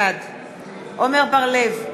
בעד עמר בר-לב,